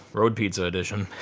road pizza edition.